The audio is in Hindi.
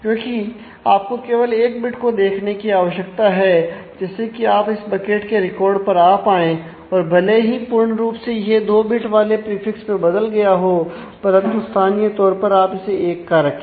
क्योंकि आपको केवल एक बिट को देखने की आवश्यकता है जिससे कि आप इस बकेट के रिकॉर्ड पर आ पाये और भले ही पूर्ण रूप से यह दो बिट प्रीफिक्स में बदल गया हो परंतु स्थानीय तौर पर आप इसे एक का रखें